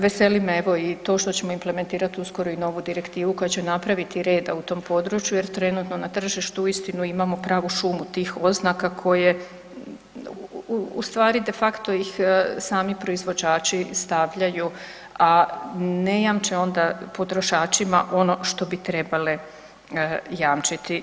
Veseli me evo i to što ćemo implementirati uskoro i novu direktivu koja će napraviti reda u tom području jer trenutno na tržištu imamo uistinu pravu šumu tih oznaka koje u stvari de facto ih sami proizvođači stavljaju, a ne jamče onda potrošačima ono što bi trebale jamčiti.